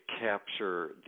capture